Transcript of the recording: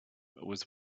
was